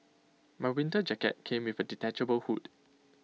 my winter jacket came with A detachable hood